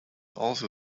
also